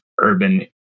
urban